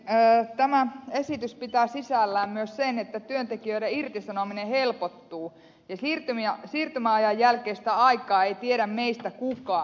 tämä esitys pitää sisällään myös sen että työntekijöiden irtisanominen helpottuu ja siirtymäajan jälkeistä aikaa ei tiedä meistä kukaan